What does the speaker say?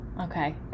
Okay